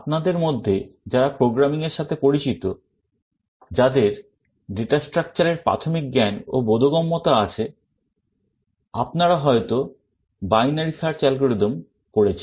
আপনাদের মধ্যে যারা প্রোগ্রামিং এর সাথে পরিচিত যাদের data structure এর প্রাথমিক জ্ঞান ও বোধগম্যতা আছে আপনারা হয়তো binary search algorithm পড়েছেন